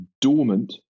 dormant